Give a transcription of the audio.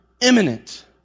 imminent